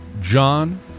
John